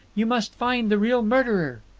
you must, find the real murderer!